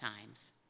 times